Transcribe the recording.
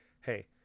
Hey